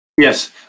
Yes